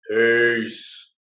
Peace